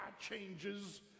changes